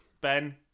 Ben